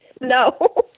no